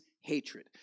hatred